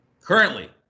Currently